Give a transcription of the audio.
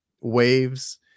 waves